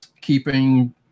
keeping